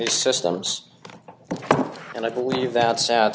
these systems and i believe that s